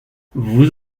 vous